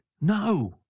No